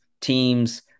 teams